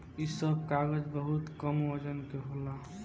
इ सब कागज बहुत कम वजन के होला